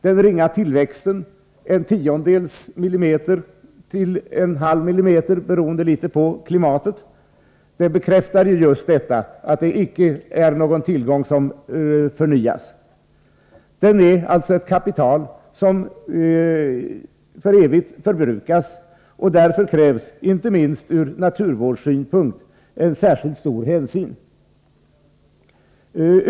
Den ringa tillväxten — från en tiondels millimeter till en halv millimeter om året, i någon mån beroende på klimatet — bekräftar att det är en tillgång som icke förnyas. Torven är alltså ett kapital som för evigt förbrukas. Därför är det ett krav, inte minst ur naturvårdssynpunkt, att särskilt stor hänsyn tas.